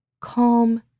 calm